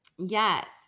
Yes